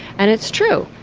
and it's true.